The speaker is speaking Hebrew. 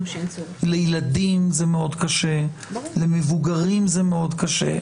לילדים זה מאוד קשה, למבוגרים זה מאוד קשה.